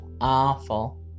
awful